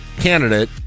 candidate